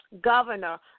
governor